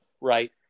right